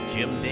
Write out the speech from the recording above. Jim